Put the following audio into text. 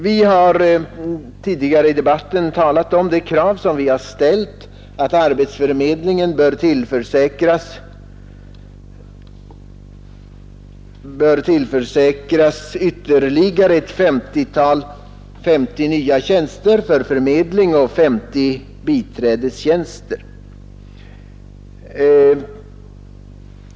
Vi har tidigare i debatten talat om det krav som folkpartiet har ställt på att arbetsförmedlingen bör tillförsäkras ytterligare 50 förmedlartjänster och 50 biträdestjänster.